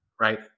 Right